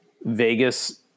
Vegas